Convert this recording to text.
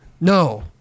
No